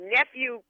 Nephew